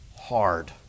hard